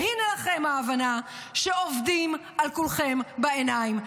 והינה לכם ההבנה שעובדים על כולכם בעיניים,